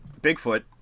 Bigfoot